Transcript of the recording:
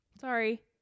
Sorry